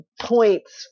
points